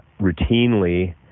routinely